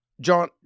John